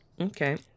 Okay